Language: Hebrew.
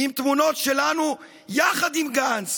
עם תמונות שלנו יחד עם גנץ